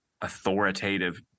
authoritative